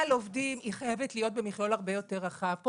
אבל